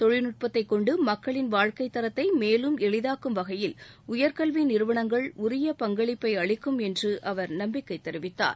தொழில்நுட்பத்தைக் கொண்டு மக்களின் வாழ்க்கை தரத்தை மேலும் எளிதாக்கும் வகையில் உயர்கல்வி நிறுவனங்கள் உரிய பங்களிப்பை அளிக்கும் என்று அவர் நம்பிக்கை தெரிவித்தார்